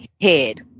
head